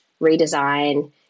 redesign